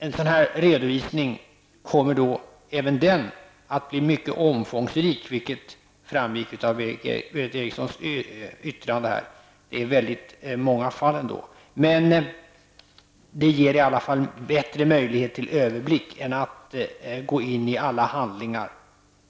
En sådan redovisning kommer att bli mycket omfångsrik, som framgick av Berith Erikssons anförande. Det rör sig ändå om många fall. Det ger i alla fall en bättre möjlighet till överblick än att gå in i alla handlingar.